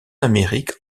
amérique